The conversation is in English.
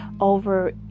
over